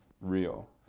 real